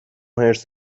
حرص